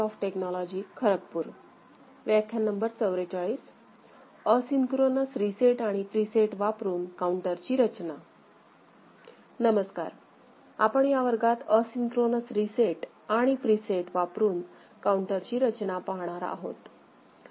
आपण या वर्गात असिन्क्रोनोस रीसेट आणि प्रीसेट वापरून काउंटरची रचना पाहणार आहोत